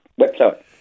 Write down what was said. website